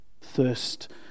thirst